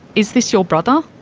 is this your brother?